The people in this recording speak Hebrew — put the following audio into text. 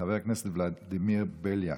חבר הכנסת ולדימיר בליאק.